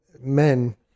men